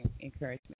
encouragement